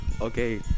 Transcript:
Okay